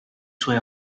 suoi